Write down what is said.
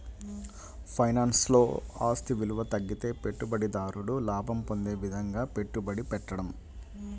ఫైనాన్స్లో, ఆస్తి విలువ తగ్గితే పెట్టుబడిదారుడు లాభం పొందే విధంగా పెట్టుబడి పెట్టడం